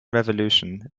revolution